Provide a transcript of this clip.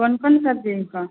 कोन कोन सबजी है तऽ